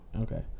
Okay